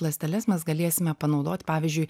ląsteles mes galėsime panaudot pavyzdžiui